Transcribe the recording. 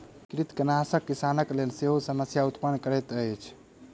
कृंतकनाशक किसानक लेल सेहो समस्या उत्पन्न करैत अछि